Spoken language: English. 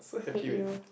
hate you